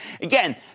Again